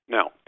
Now